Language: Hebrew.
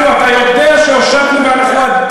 ואתה יודע את זה.